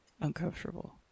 uncomfortable